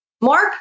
Mark